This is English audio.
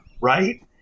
right